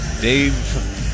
Dave